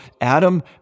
Adam